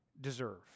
deserve